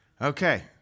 Okay